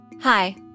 Hi